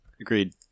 Agreed